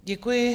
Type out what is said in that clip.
Děkuji.